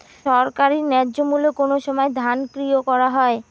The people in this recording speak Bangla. সরকারি ন্যায্য মূল্যে কোন সময় ধান ক্রয় করা হয়?